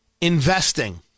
investing